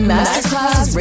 Masterclass